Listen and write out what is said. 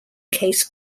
case